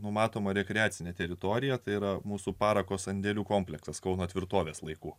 numatoma rekreacinė teritorija tai yra mūsų parako sandėlių komplektas kauno tvirtovės laikų